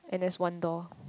and there's one door